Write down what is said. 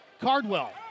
Cardwell